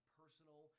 personal